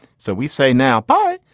so we say now, bye.